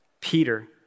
Peter